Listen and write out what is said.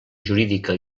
jurídica